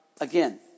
again